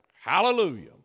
hallelujah